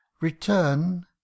return